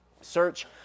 search